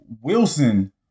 Wilson